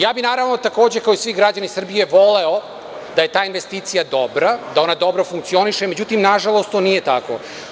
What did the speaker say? Ja bih naravno kao i svi građani Srbije voleo da je ta investicija dobra, da ona dobro funkcioniše, međutim, nažalost to nije tako.